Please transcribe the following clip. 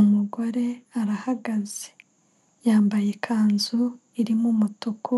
Umugore arahagaze yambaye ikanzu irimo umutuku